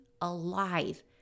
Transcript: alive